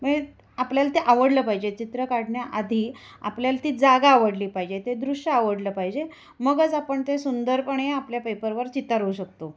मये आपल्याला ते आवडलं पाहिजे चित्र काढण्याआधी आपल्याला ती जागा आवडली पाहिजे ते दृश्य आवडलं पाहिजे मगच आपण ते सुंदरपणे आपल्या पेपरवर चितारू शकतो